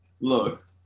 look